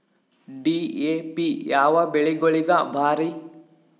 DAP ಯಾವ ಬೆಳಿಗೊಳಿಗ ಭಾರಿ?